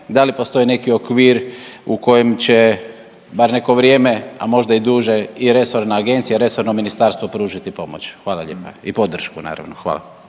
da li postoje neki okvir u kojem će bar neko vrijeme, a možda i duže i resorna agencija i resorno ministarstvo pružiti pomoć? Hvala lijepa. I podršku, naravno. hvala.